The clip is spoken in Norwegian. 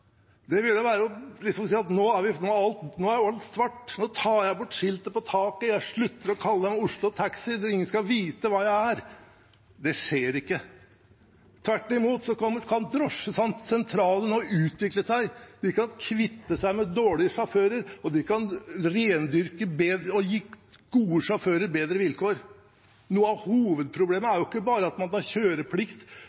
Det ville være å si at nå er alt svart, nå tar jeg bort skiltet på taket, jeg slutter å kalle det Oslo Taxi, ingen skal vite hva jeg er. Det skjer ikke. Tvert imot kan sentralene nå utvikle seg. De kan kvitte seg med dårlige sjåfører, og de kan rendyrke og gi gode sjåfører bedre vilkår. Noe av hovedproblemet